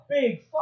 big